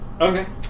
Okay